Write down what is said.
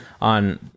on